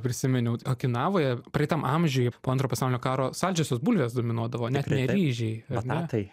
prisiminiau okinavoje praeitam amžiuj po antro pasaulinio karo saldžiosios bulvės dominuodavo net ne ryžiai ar ne